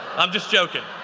i'm just joking,